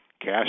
cash